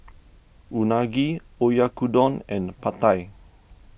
Unagi Oyakodon and Pad Thai